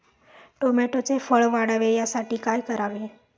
टोमॅटोचे फळ वाढावे यासाठी काय करावे?